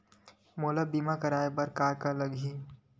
मोला बीमा कराये बर का का लगही?